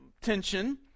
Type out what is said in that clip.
tension